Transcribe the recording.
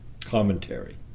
commentary